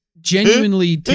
genuinely